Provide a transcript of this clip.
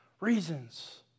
reasons